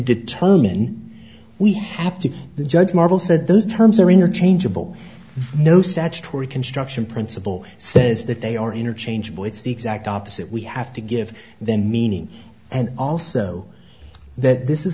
determine we have to the judge marble said those terms are interchangeable no statutory construction principle says that they are interchangeable it's the exact opposite we have to give them meaning and also that this is